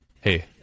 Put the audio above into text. Hey